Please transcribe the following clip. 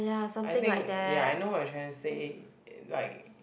I think ya I know what your trying to say like